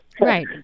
right